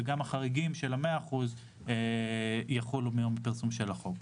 וגם החריגים של 100% יחולו מיום הפרסום של החוק.